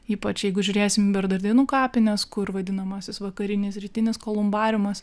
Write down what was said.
ypač jeigu žiūrėsim bernardinų kapines kur vadinamasis vakarinis rytinis kolumbariumas